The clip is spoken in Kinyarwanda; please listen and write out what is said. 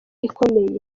ikomeye